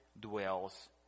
dwells